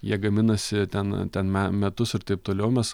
jie gaminasi ten ten me metus ir taip toliau mes